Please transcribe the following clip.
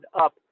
up